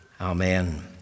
Amen